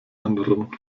anderen